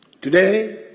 Today